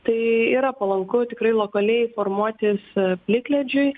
tai yra palanku tikrai lokaliai formuotis plikledžiui